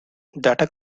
data